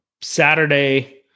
Saturday